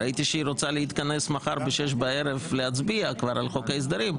ראיתי שהיא רוצה להתכנס מחר ב-18:00 כבר להצביע על חוק ההסדרים.